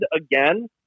again